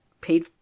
paid